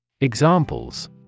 EXAMPLES